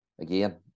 again